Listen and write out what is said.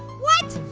what,